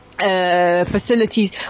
facilities